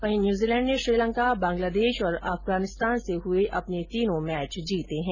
वहीं न्यूजीलैण्ड ने श्रीलंका बांग्लादेश और अफगानिस्तान से हुए अपने तीनों मैच जीते है